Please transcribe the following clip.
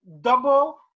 double